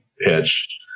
pitch